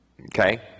Okay